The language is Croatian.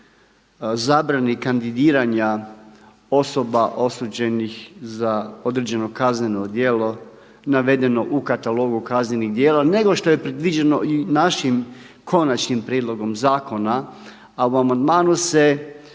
zabrani kandidiranja osoba osuđenih za određeno kazneno djelo navedeno u Katalogu kaznenih djela nego što je predviđeno i našim konačnim prijedlogom zakona. A u amandmanu se